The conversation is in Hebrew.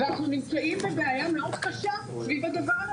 אנחנו נמצאים בבעיה מאוד קשה סביב הדבר,